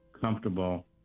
comfortable